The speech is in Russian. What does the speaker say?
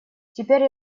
теперь